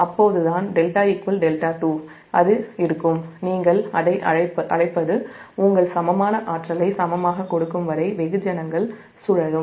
அப்போதுதான் δ δ2 அது இருக்கும் நீங்கள் அதை அழைப்பது உங்கள் சமமான ஆற்றலை சமமாகக் கொடுக்கும் வரை வெகுஜனங்கள் சுழலும்